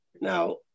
now